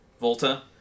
volta